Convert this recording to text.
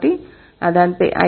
కాబట్టి అదంతే